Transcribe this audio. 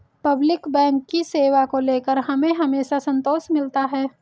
public bank की सेवा को लेकर हमें हमेशा संतोष मिलता है